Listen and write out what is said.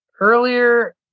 earlier